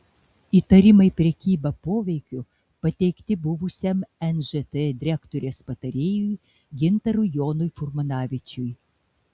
įtarimai prekyba poveikiu pateikti buvusiam nžt direktorės patarėjui gintarui jonui furmanavičiui